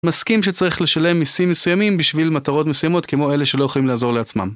מסכים שצריך לשלם מיסים מסוימים בשביל מטרות מסוימות כמו אלה שלא יכולים לעזור לעצמם.